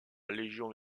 légion